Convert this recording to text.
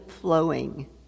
flowing